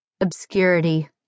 Obscurity